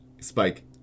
Spike